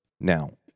Now